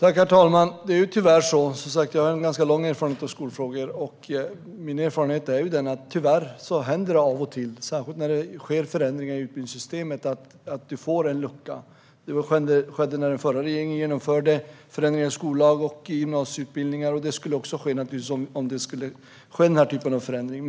Herr talman! Jag har lång erfarenhet av skolfrågor. Min erfarenhet är att det tyvärr händer av och till, särskilt när det sker förändringar i utbildningssystemet, att det blir en lucka. Det skedde när den förra regeringen genomförde förändringar i skollag och gymnasieutbildningar, och det skulle också ske om det i det här fallet blev en sådan förändring.